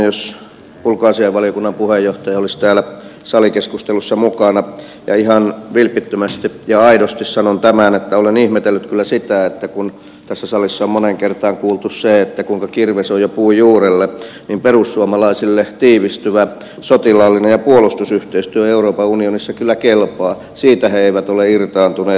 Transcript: olisi ihan mielenkiintoista jos ulkoasiainvaliokunnan puheenjohtaja olisi täällä salikeskustelussa mukana ja ihan vilpittömästi ja aidosti sanon tämän että olen ihmetellyt kyllä sitä että kun tässä salissa on moneen kertaan kuultu se kuinka kirves on jo puun juurella niin perussuomalaisille tiivistyvä sotilaallinen ja puolustusyhteistyö euroopan unionissa kyllä kelpaa siitä he eivät ole irtaantuneet